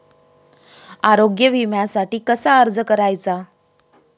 आरोग्य विम्यासाठी कसा अर्ज करायचा?